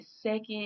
second